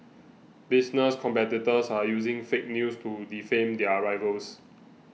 business competitors are using fake news to defame their rivals